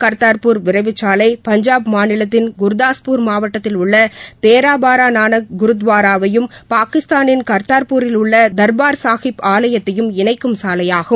கர்த்தார்பூர் விரைவுச்சாலை பஞ்சாப் மாநிலத்தின் குர்தாஸ்பூர் மாவட்டத்தில் உள்ள தேரா பாபா நானக் குருத்வாராவையும் பாகிஸ்தானின் காத்தார்பூரில் உள்ள தர்பார் சாகிப் ஆலயத்தையும் இணைக்கும் சாலையாகும்